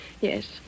Yes